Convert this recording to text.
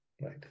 right